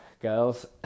girls